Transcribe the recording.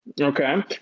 Okay